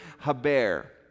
haber